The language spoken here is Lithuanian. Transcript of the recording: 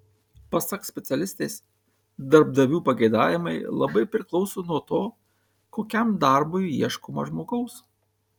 pasak specialistės darbdavių pageidavimai labai priklauso nuo to kokiam darbui ieškoma žmogaus